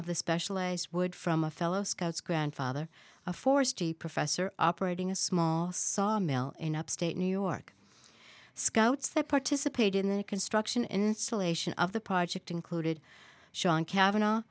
of the specialized wood from a fellow scouts grandfather a forest the professor operating a small sawmill in upstate new york scouts that participate in the construction installation of the project included sean cavanagh